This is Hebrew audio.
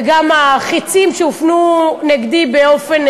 וגם החצים שהופנו נגדי באופן